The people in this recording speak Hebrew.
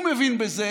הוא מבין בזה